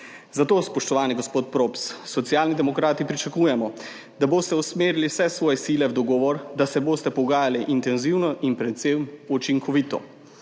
Zato, spoštovani gospod Props, Socialni demokrati pričakujemo, da boste usmerili vse svoje sile v dogovor, da se boste pogajali intenzivno in predvsem učinkovito.